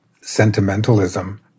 sentimentalism